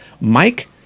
Mike